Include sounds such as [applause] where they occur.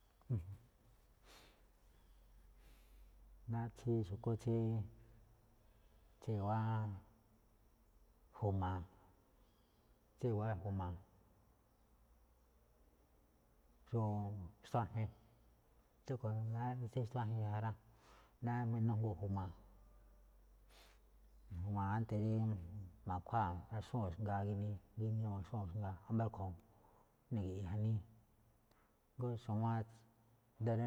[noise] náá tsí xu̱kú tsí [noise] iwa̱á ju̱ma̱a̱, [noise] tsí i̱wa̱á ju̱ma̱a̱. Xó [hesitation] xtuájen tsúꞌkhue̱n náá rí naꞌne tsi xtuájen ja rá, ninújngoo ju̱ma̱a̱, ánté rí ma̱khuáa, naxnúu̱ xngaa ginii, ginii ixnúu̱ xngaa, wámba̱ rúꞌkhue̱n, na̱gi̱ꞌi̱i̱ janíí, jngó xu̱wán ído̱ rí